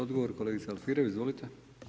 Odgovor, kolegica Alfirev, izvolite.